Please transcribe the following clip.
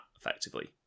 effectively